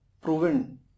proven